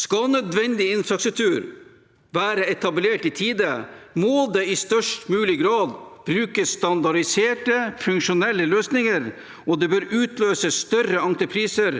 Skal nødvendig infrastruktur være etablert i tide, må det i størst mulig grad brukes standardiserte funksjonelle løsninger, og det bør utlyses større entrepriser,